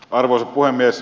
arvoisa puhemies